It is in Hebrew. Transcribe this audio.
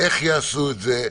איך יעשו את זה?